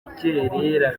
rukerera